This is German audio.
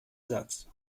satz